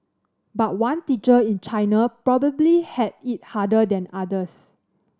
but one teacher in China probably had it harder than others